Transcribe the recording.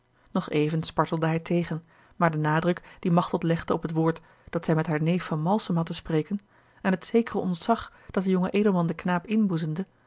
nog even spartelde hij tegen maar de nadruk dien machteld legde op het woord dat zij met haar neef van malsem had te spreken en het zekere ontzag dat de jonge edelman den knaap